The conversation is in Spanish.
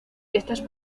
estas